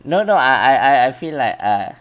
no no I I I feel like err